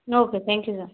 okay thank you sir